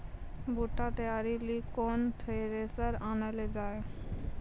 बूटा तैयारी ली केन थ्रेसर आनलऽ जाए?